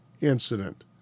incident